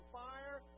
fire